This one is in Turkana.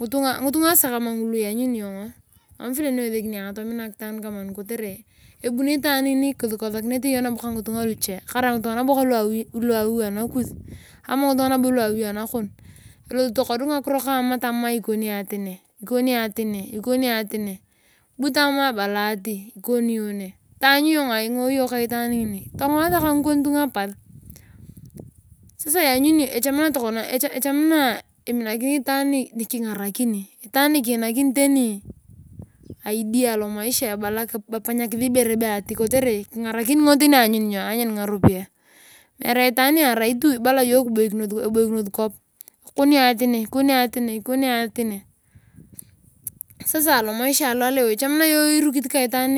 Ngitunga kama ngulu mam pile nieminakinia itaan kama ngini kotere kusikosakinete ka ngitunga luche. Kama ngitunga ku awi anakus ama ngitunga nabo lua awi anakon. Tokod ngakiro kama tama ikoni atine ikorii ati ne bu tama bala aki ikon iyon ne lanyuni itaani kilong ka itaan ngini. Sasa lanyuni iyong itaan ngini echamakina tokona. Iminakin haan nikingarakini. Haan nikiinakini tani ideas alomaisha abala efanyakisi ibere ati kofere kingarakin ngoni tani anyun naropiya meere haani niarai ebala eboikinos kop. Koni ati ne koni ati ne. Sasa alomaisah alaleo echamakiria iyong irukut ka itaara